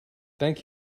thank